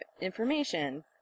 information